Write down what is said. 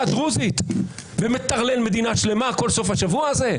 הדרוזית ומטרלל מדינה שלמה כל סוף השבוע הזה?